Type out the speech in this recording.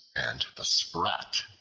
and the sprat